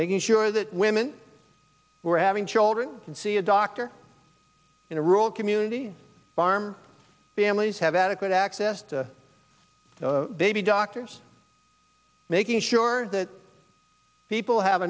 making sure that women were having children and see a doctor in a rural community farm families have adequate access to the baby doctors making sure that people have